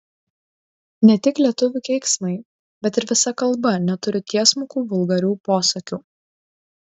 ne tik lietuvių keiksmai bet ir visa kalba neturi tiesmukų vulgarių posakių